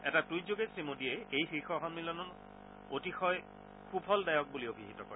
এটা টুইটযোগে শ্ৰীমোদীয়ে এই শীৰ্ষ সম্মিলন অতিশয় সুফলদায়ক বুলি অভিহিত কৰে